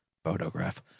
Photograph